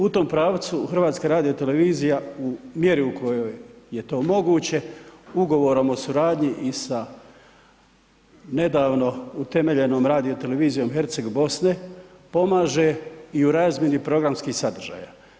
U tom pravcu HRT u mjeri u kojoj je to moguće ugovorom o suradnji i sa nedavno utemeljenom radio televizijom Herceg Bosne pomaže i u razmjeni programskih sadržaja.